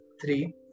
three